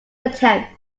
attempt